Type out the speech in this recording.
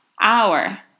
Hour